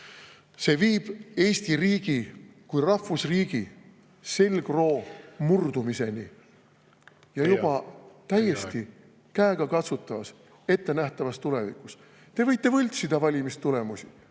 See viib Eesti riigi kui rahvusriigi selgroo murdumiseni ja juba täiesti käegakatsutavas ettenähtavas tulevikus. Te võite võltsida valimistulemusi,